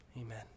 Amen